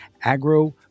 Agro